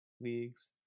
leagues